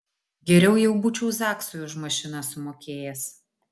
geriau jau būčiau zaksui už mašiną sumokėjęs